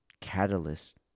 catalyst